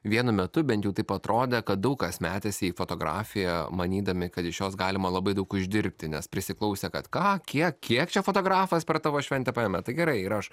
vienu metu bent jau taip atrodė kad daug kas metėsi į fotografiją manydami kad iš jos galima labai daug uždirbti nes prisiklausę kad ką kiek kiek čia fotografas per tavo šventę paėmė tai gerai ir aš